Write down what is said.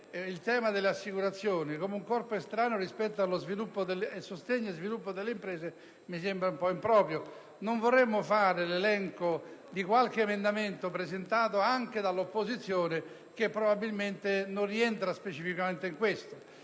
il tema delle assicurazioni come un corpo estraneo rispetto al sostegno e allo sviluppo delle imprese mi sembra un po' improprio. Non vorremmo fare l'elenco degli emendamenti presentati anche dall'opposizione, che probabilmente non rientravano specificamente